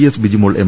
S Bijimol M